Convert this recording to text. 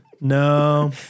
No